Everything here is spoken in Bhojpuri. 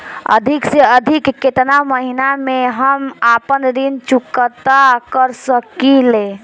अधिक से अधिक केतना महीना में हम आपन ऋण चुकता कर सकी ले?